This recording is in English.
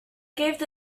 gave